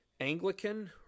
Anglican